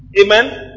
amen